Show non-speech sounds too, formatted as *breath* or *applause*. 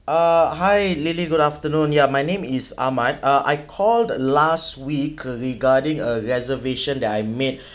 uh hi lily good afternoon yeah my name is Ahmad uh I called last week regarding a reservation that I make *breath*